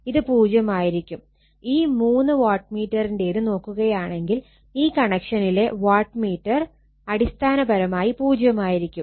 ഇത് 0 ആയിരിക്കും ഈ മൂന്ന് വാട്ട് മീറ്ററിന്റേത് നോക്കുകയാണെങ്കിൽ ഈ കണക്ഷനിലെ വാട്ട് മീറ്റർ അടിസ്ഥാനപരമായി പൂജ്യമായിരിക്കും